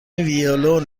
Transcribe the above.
ویلون